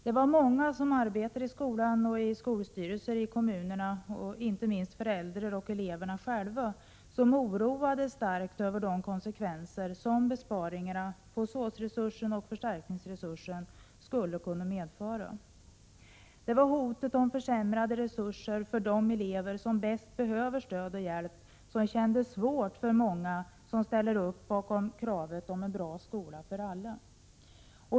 Det var många som arbetar inom skolan, i skolstyrelser i kommunerna och inte minst föräldrar och eleverna själva som oroades starkt över de konsekvenser som besparingarna på SÅS-resursen och förstärkningsresursen skulle kunna medföra. Det var hotet om försämrade resurser för de elever som bäst behöver stöd och hjälp som kändes svårt för många som ställde sig bakom kravet på en bra skola för alla.